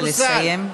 נא לסיים.